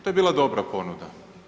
To je bila dobra ponuda.